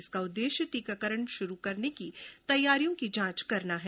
इसका उद्देश्य टीकाकरण शुरू करने की तैयारियों की जांच करना है